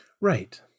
Right